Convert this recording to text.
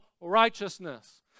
righteousness